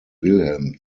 wilhelm